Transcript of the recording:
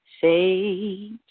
Sage